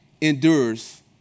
endures